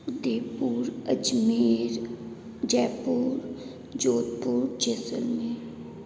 Devpur Ajmer Jaipur Jodhpur Jaisalmer